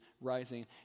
rising